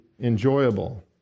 enjoyable